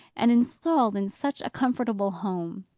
and installed in such a comfortable home.